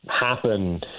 happen